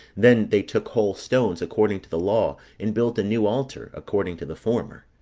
then they took whole stones, according to the law and built a new altar, according to the former